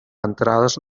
entrades